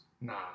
Nah